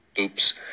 Oops